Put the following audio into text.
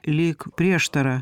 lyg prieštarą